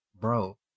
Bro